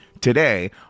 today